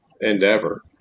endeavor